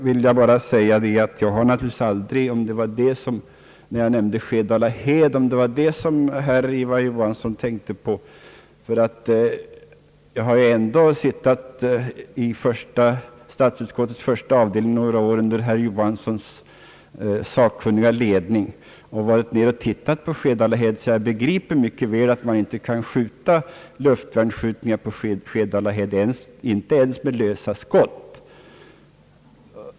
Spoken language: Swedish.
Till herr Ivar Johansson vill jag också säga att jag dock har suttit några år i statsutskottets första avdelning under hans sakkunniga ledning och även varit ner och tittat på Skedalahed — jag begriper alltså mycket väl att man inte kan öva luftvärnsskjutningar på detta fält, inte ens med lösa skott.